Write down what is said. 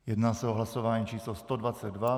Jedná se o hlasování číslo 122.